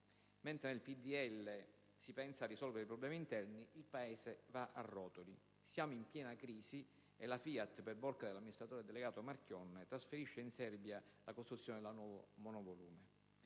Mentre il PdL pensa a risolvere i problemi interni, il Paese va a rotoli. Siamo in piena crisi e la FIAT, per bocca dell'amministratore delegato Marchionne, trasferisce in Serbia la costruzione della nuova monovolume.